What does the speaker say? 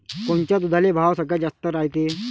कोनच्या दुधाले भाव सगळ्यात जास्त रायते?